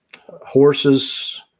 Horses